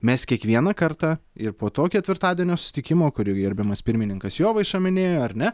mes kiekvieną kartą ir po to ketvirtadienio susitikimo kurį gerbiamas pirmininkas jovaiša minėjo ar ne